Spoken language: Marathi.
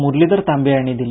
मुरलीधर तांबे यांनी दिली